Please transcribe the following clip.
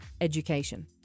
education